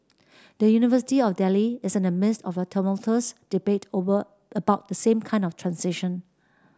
the University of Delhi is in the midst of a tumultuous debate over about the same kind of transition